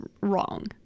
wrong